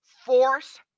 Force